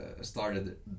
started